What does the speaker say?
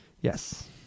Yes